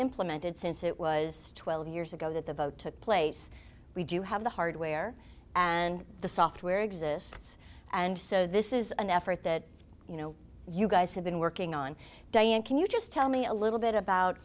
implemented since it was twelve years ago that the vote took place we do have the hardware and the software exists and so this is an effort that you know you guys have been working on diane can you just tell me a little bit about